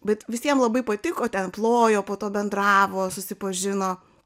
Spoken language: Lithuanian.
bet visiem labai patiko ten plojo po to bendravo susipažino